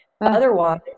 Otherwise